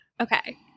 Okay